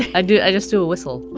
i do. i just do a whistle,